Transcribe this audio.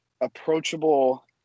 approachable